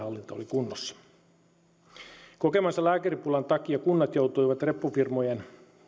oli kunnossa kokemansa lääkäripulan takia kunnat joutuivat reppufirmojen